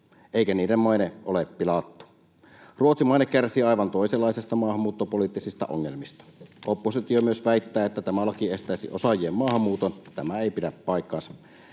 eikä niiden mainetta ole pilattu. Ruotsin maine kärsii aivan toisenlaisista maahanmuuttopoliittisista ongelmista. Oppositio myös väittää, että tämä laki estäisi osaajien maahanmuuton. Tämä ei pidä paikkaansa.